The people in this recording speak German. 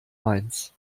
mainz